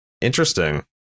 Interesting